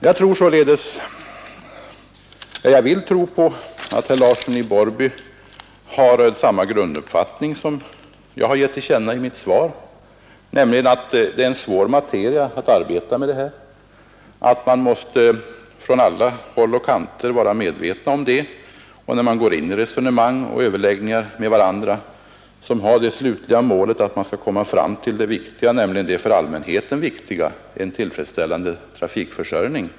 Jag vill tro att herr Larsson har samma grunduppfattning som jag har givit uttryck för i mitt svar, nämligen att detta är en svår fråga och att man från alla håll och kanter måste vara medveten om det när man håller överläggningar. Det slutliga och för allmänheten viktiga målet är dock en tillfredsställande trafikförsörjning.